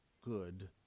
good